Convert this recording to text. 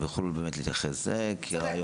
סתם כרעיון.